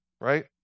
right